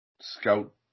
Scout